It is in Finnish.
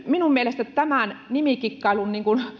minun mielestäni tämän nimikikkailun